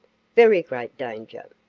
very great danger.